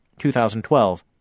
2012